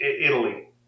Italy